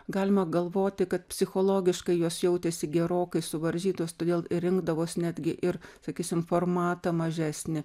galima galvoti kad psichologiškai jos jautėsi gerokai suvaržytos todėl rinkdavosi netgi ir sakysim formatą mažesnį